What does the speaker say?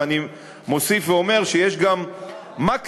ואני מוסיף ואומר שיש גם מקסימום,